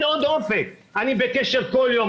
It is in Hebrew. אני בקשר כל יום,